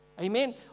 Amen